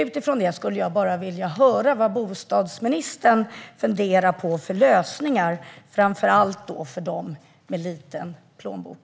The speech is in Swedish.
Utifrån detta skulle jag vilja höra vad bostadsministern funderar på för lösningar, framför allt för dem med liten plånbok.